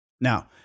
Now